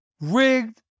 rigged